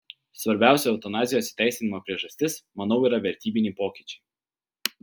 svarbiausia eutanazijos įteisinimo priežastis manau yra vertybiniai pokyčiai